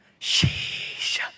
Sheesh